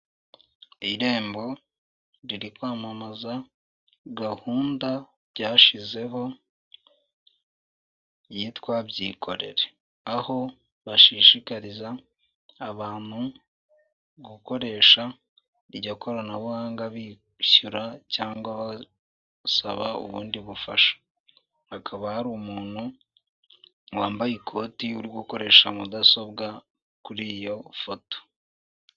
Irembo riri kwamamaza gahunda ryashizeho yitwa byikorere. Aho bashishikariza abantu gukoresha iryo koranabuhanga bishyura cyangwa basababa ubundi bufasha. Hakaba hari umuntu wambaye ikoti uri gukoresha mudasobwa kuri iyo foto.